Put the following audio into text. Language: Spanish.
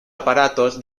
aparatos